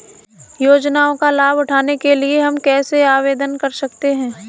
योजनाओं का लाभ उठाने के लिए हम कैसे आवेदन कर सकते हैं?